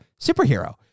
superhero